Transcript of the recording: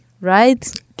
right